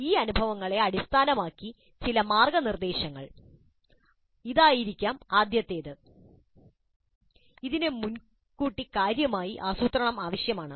ഈ അനുഭവങ്ങളെ അടിസ്ഥാനമാക്കി ചില മാർഗ്ഗനിർദ്ദേശങ്ങൾ ഇതായിരിക്കാം ആദ്യത്തേത് അതാണ് ഇതിന് മുൻകൂട്ടി കാര്യമായ ആസൂത്രണം ആവശ്യമാണ്